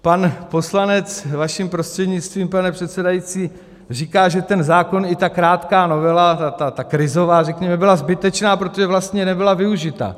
Pan poslanec vaším prostřednictvím, pane předsedající, říká, že ten zákon i ta krátká novela, ta krizová řekněme byla zbytečná, protože vlastně nebyla využita.